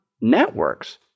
networks